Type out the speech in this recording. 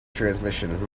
transmission